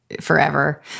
forever